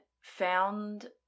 found